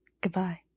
goodbye